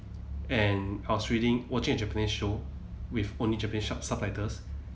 and I was reading watching a japanese show with only japanese sh~ subtitles